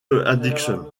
addiction